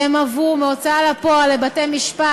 והם עברו מההוצאה לפועל לבתי-משפט,